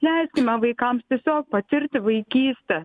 leiskime vaikams tiesiog patirti vaikystę